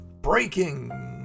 Breaking